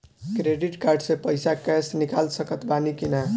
Credit card से पईसा cash निकाल सकत बानी की ना?